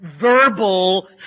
verbal